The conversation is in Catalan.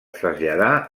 traslladà